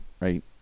right